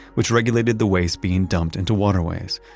which regulated the waste being dumped into waterways.